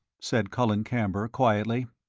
said colin camber, quietly.